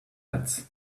heads